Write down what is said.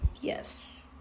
Yes